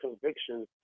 convictions